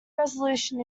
resolution